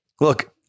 Look